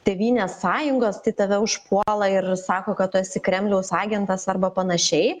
tėvynės sąjungos tai tave užpuola ir sako kad tu esi kremliaus agentas arba panašiai